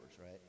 right